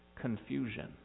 confusion